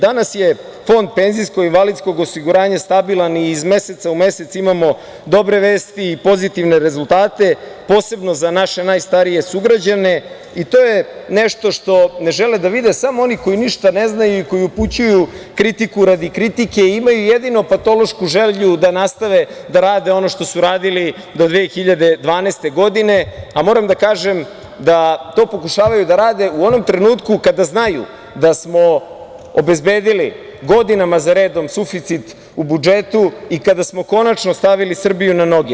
Danas je Fond penzijsko-invalidskog osiguranja stabilan i iz meseca u mesec imamo dobre vesti i pozitivne rezultate, posebno za naše najstarije sugrađane, i to je nešto što ne žele da vide samo oni koji ništa ne znaju i koji upućuju kritiku radi kritike i imaju jedino patološku želju da nastave da rade ono što su radili do 2012. godine, a moram da kažem da to pokušavaju da rade u onom trenutku kada znaju da smo obezbedili godinama za redom suficit u budžetu i kada smo konačno stavili Srbiju na noge.